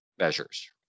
measures